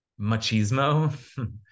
machismo